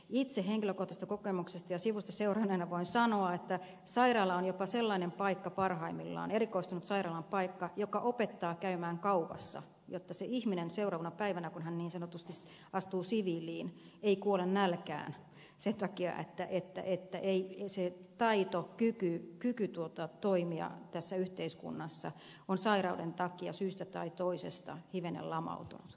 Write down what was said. itse henkilökohtaisesta kokemuksesta ja sivusta seuranneena voin sanoa että sairaala on jopa sellainen paikka parhaimmillaan joka opettaa käymään kaupassa jotta se ihminen seuraavana päivänä kun hän niin sanotusti astuu siviiliin ei kuole nälkään sen takia että taito kyky toimia tässä yhteiskunnassa on sairauden takia syystä tai toisesta hivenen lamautunut